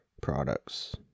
products